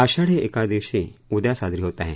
आषाढी एकादशी उद्या साजरी होत आहे